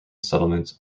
settlement